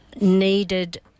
needed